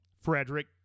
Frederick